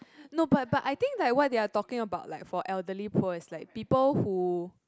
no but but I think like what they are talking about like for elderly poor is like people who